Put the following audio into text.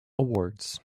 awards